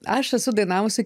aš esu dainavusi